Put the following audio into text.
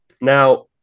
Now